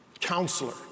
counselor